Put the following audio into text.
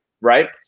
right